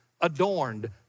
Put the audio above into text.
adorned